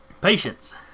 Patience